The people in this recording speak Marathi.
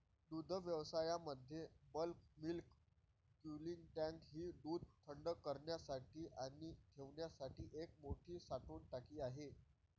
दुग्धव्यवसायामध्ये बल्क मिल्क कूलिंग टँक ही दूध थंड करण्यासाठी आणि ठेवण्यासाठी एक मोठी साठवण टाकी आहे